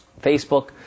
Facebook